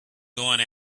going